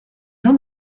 jean